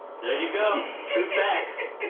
there you go. true facts.